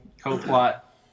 co-plot